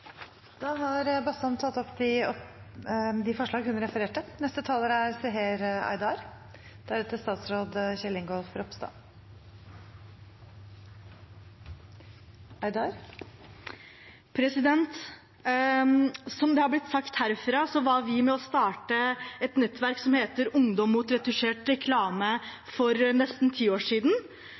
Da har representanten Une Bastholm tatt opp de forslagene hun refererte til. Som det har blitt sagt herfra, var vi med og startet et nettverk som heter Ungdom mot Retusjert Reklame for nesten ti år siden.